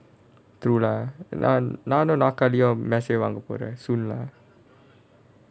true lah நான் நானும் நாற்காலியும் மேசையும் வாங்க போறேன்:naan naanum naarkaaliyum mesaiyum vaanga poraen soon lah